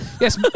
Yes